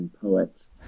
poets